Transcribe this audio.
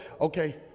okay